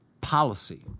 policy